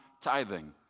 tithing